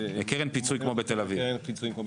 קרן פיצויים כמו בתל-אביב.